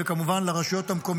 קריאה: קארין לא פה.